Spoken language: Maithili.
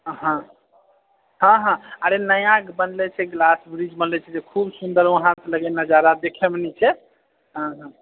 हाँ हाँ हाँ अरे नया बनले छै ग्लास ब्रिज बनले छै जे खूब सुन्दर वहाँसे लगैए नजारा देखैमे नीचे हाँ हाँ